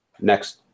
next –